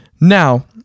now